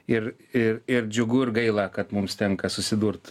ir ir ir džiugu ir gaila kad mums tenka susidurt